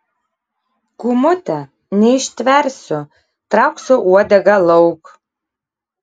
kūmute neištversiu trauksiu uodegą lauk